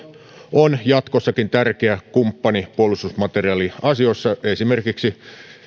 on jatkossakin tärkeä kumppani puolustusmateriaaliasioissa esimerkiksi